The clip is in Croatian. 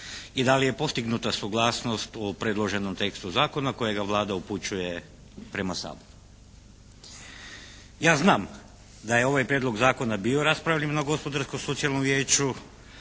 i da li je postignuta suglasnost u predloženom tekstu zakona kojega Vlada upućuje prema Saboru. Ja znam da je ovaj prijedlog zakona bio raspravljen na Gospodarsko-socijalnom vijeću,